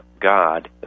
God